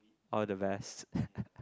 all the best